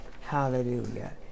Hallelujah